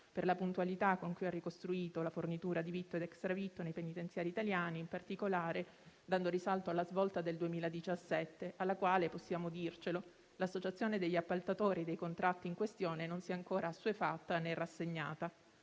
per la puntualità con cui ha ricostruito la fornitura di vitto ed extra vitto nei penitenziari italiani, in particolare dando risalto alla svolta del 2017, alla quale - possiamo dircelo - l'associazione degli appaltatori dei contratti in questione non si è ancora assuefatta né rassegnata.